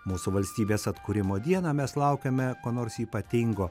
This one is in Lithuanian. mūsų valstybės atkūrimo dieną mes laukiame ko nors ypatingo